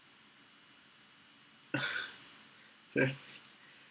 ya